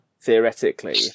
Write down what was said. theoretically